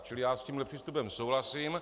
Čili já s tímhle přístupem souhlasím.